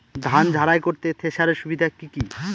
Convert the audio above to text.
ধান ঝারাই করতে থেসারের সুবিধা কি কি?